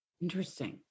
Interesting